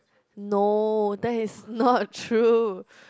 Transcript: no that is not true